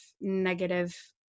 negative